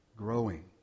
growing